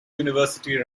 university